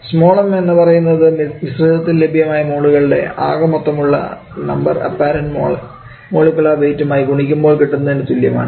small m എന്നു പറയുന്നത് മിശ്രിതത്തിൽ ലഭ്യമായ മോളുകളുടെ ആകെ മൊത്തം ഉള്ള നമ്പർ അപ്പാരൻറ് മോളിക്കുലാർ വെയിറ്റും ആയി ഗുണിക്കുമ്പോൾ കിട്ടുന്നതിനു തുല്യമാണ്